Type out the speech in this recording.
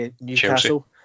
Newcastle